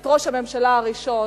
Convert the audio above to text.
את ראש הממשלה הראשון,